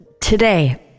today